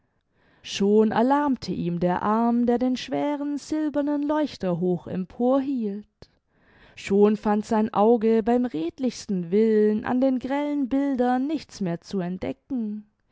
schon erlahmte ihm der arm der den schweren silbernen leuchter hoch empor hielt schon fand sein auge beim redlichsten willen an den grellen bildern nichts mehr zu entdecken